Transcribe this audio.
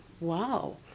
Wow